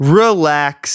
relax